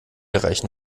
reichen